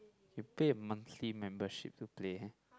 you pay a monthly membership to play